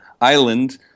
Island